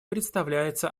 представляется